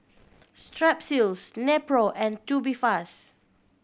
Strepsils Nepro and Tubifast